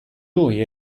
lui